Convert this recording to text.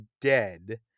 dead